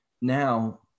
now